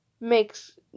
makes